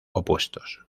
opuestos